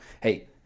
hey